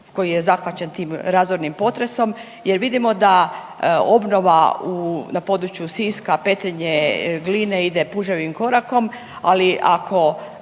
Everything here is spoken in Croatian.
koji je zahvaćen tih razornim potresom jer vidimo da obnova u, na području Siska, Petrinje, Gline ide puževim korakom, ali ako